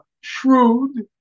shrewd